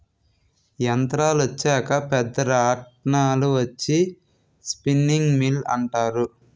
యంత్రాలు వచ్చాక పెద్ద రాట్నాలు వచ్చి స్పిన్నింగ్ మిల్లు అంటారు